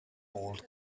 old